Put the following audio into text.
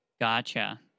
Gotcha